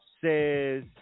says